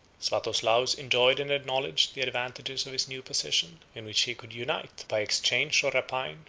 swatoslaus enjoyed and acknowledged the advantages of his new position, in which he could unite, by exchange or rapine,